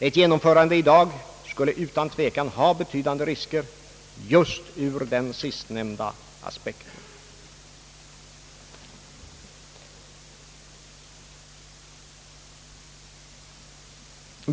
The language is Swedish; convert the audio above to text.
Ett genomförande i dag skulle utan tvekan medföra betydande risker just ur den sistnämnda aspekten.